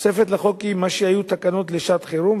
התוספת לחוק היא מה שהיו תקנות לשעת-חירום,